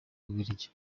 bubiligi